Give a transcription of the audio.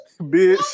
bitch